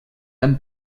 han